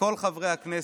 לכל חברי הכנסת,